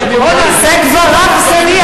זה כבר רב-שיח,